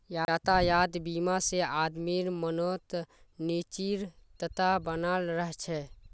यातायात बीमा से आदमीर मनोत् निश्चिंतता बनाल रह छे